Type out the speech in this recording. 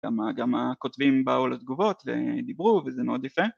גם הכותבים באו לתגובות ודיברו וזה מאוד יפה.